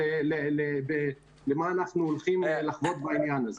על מה אנחנו הולכים לחוות בעניין הזה.